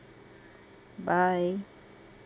bye